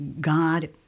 God